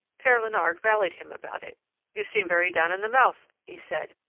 pere leonard rallied him about it you seem very down in the mouth, he said,